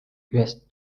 ühest